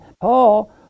Paul